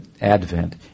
advent